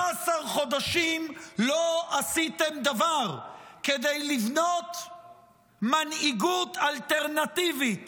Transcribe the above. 15 חודשים לא עשיתם דבר כדי לבנות מנהיגות אלטרנטיבית